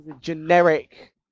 generic